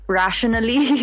rationally